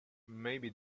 maybe